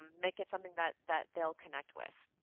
make it something that that they'll connect with.